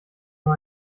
nur